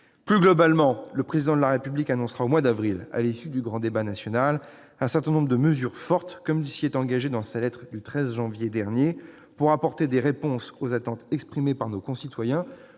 Plus globalement, le Président de la République annoncera au mois d'avril, à l'issue du grand débat national, un certain nombre de mesures fortes, comme il s'y est engagé dans sa lettre du 13 janvier dernier, pour apporter des réponses aux attentes exprimées par nos concitoyens.